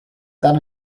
that